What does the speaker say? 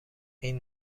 این